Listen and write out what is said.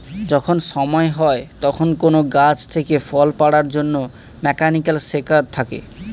যখন সময় হয় তখন কোন গাছ থেকে ফল পাড়ার জন্যে মেকানিক্যাল সেকার থাকে